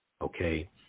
Okay